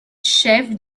chef